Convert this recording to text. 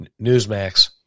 Newsmax